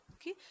Okay